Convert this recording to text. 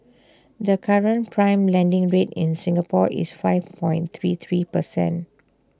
the current prime lending rate in Singapore is five three three percent